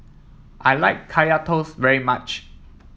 I like Kaya Toast very much